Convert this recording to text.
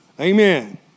Amen